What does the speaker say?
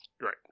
Right